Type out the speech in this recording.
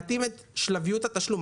דבר נוסף, להתאים את שלביות התשלום.